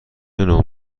نوع